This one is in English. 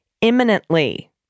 imminently